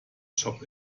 job